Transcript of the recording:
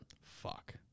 Fuck